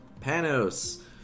Panos